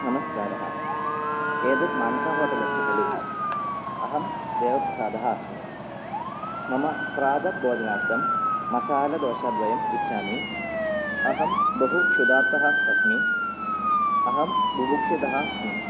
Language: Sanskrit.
नमस्कारः एतत् मानसा होटेल् अस्ति कलु अहं देवप्रासदः अस्मि मम प्रातः भोजनार्थं मलासदोशाद्वयम् इच्छामि अहं बहु क्षुदार्तः अस्मि अहं बुबुक्षितः अस्मि